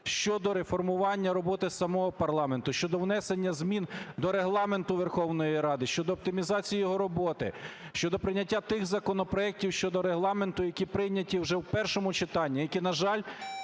щодо реформування роботи самого парламенту, щодо внесення змін до Регламенту Верховної Ради щодо оптимізації його роботи, щодо прийняття тих законопроектів щодо Регламенту, які прийняті вже в першому читанні, які, на жаль,